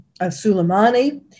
Suleimani